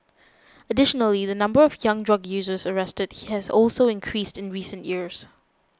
additionally the number of young drug users arrested he has also increased in recent years